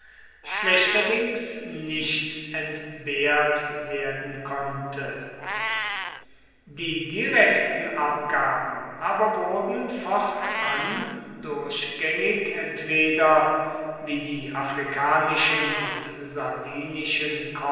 schlechterdings nicht entbehrt werden konnte die direkten abgaben aber wurden fortan durchgängig entweder wie die afrikanischen und